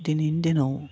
दिनैनि दिनाव